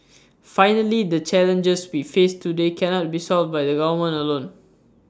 finally the challenges we face today cannot be solved by the government alone